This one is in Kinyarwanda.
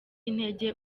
intege